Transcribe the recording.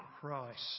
Christ